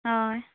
हय